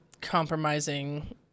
compromising